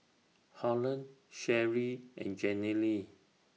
Holland Sherrie and Jenilee